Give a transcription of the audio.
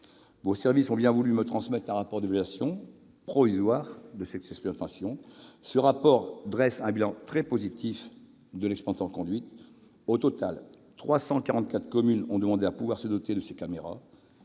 Vos services ont bien voulu me transmettre un rapport d'évaluation provisoire de cette expérimentation. Ce rapport dresse un bilan très positif de l'expérimentation conduite. Au total, 344 communes ont demandé à pouvoir se doter de ces caméras